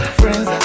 friends